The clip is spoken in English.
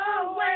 away